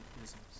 business